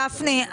גפני,